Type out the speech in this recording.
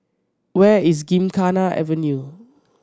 where is Gymkhana Avenue